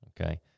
okay